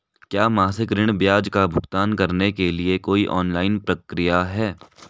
क्या मासिक ऋण ब्याज का भुगतान करने के लिए कोई ऑनलाइन प्रक्रिया है?